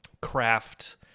craft